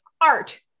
art